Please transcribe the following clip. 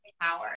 power